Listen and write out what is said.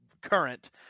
current